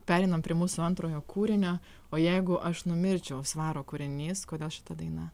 pereinam prie mūsų antrojo kūrinio o jeigu aš numirčiau svaro kūrinys kodėl šita daina